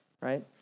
right